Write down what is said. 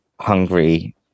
hungry